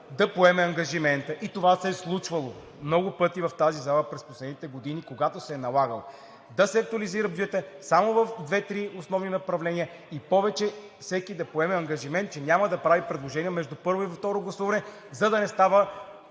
да поеме ангажимента. И това се е случвало много пъти в тази зала през последните години – когато се е налагало да се актуализира бюджетът само в две-три основни направления и повече всеки да поеме ангажимент, че няма да прави предложения между първо и второ гласуване, за да не става